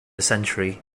century